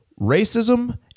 racism